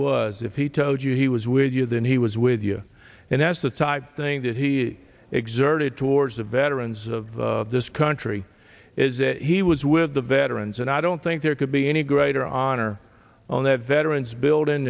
was if he told you he was with you than he was with you and that's the type of thing that he exerted towards the veterans of this country is that he was with the veterans and i don't think there could be any greater honor on that veterans building